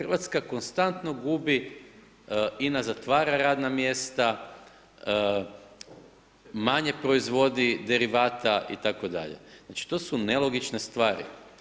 RH konstantno gubi, INA zatvara radna mjesta, manje proizvodi derivata itd., znači, to su nelogične stvari.